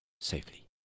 safely